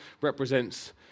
represents